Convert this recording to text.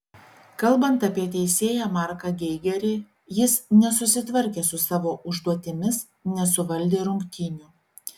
kalbant apie teisėją marką geigerį jis nesusitvarkė su savo užduotimis nesuvaldė rungtynių